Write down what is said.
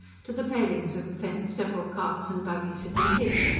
to the palings of the fence several carts and buggies had been hitched,